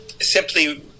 simply